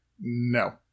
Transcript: No